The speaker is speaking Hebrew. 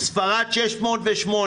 ספרד 608,